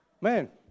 man